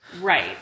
Right